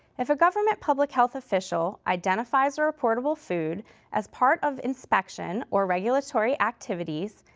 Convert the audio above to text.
if a government public-health official identifies a reportable food as part of inspection or regulatory activities,